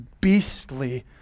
beastly